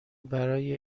برای